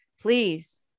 Please